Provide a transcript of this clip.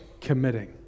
committing